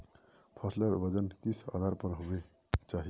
फसलेर वजन किस आधार पर होबे चही?